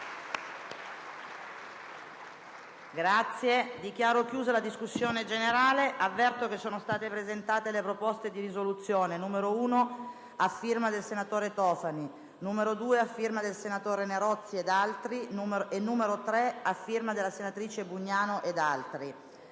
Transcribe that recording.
Dichiaro chiusa la discussione. Avverto che sono state presentate le proposte di risoluzione n. 1, a firma del senatore Tofani, relatore, n. 2, a firma del senatore Nerozzi ed altri, e n. 3, a firma della senatrice Bugnano ed altri.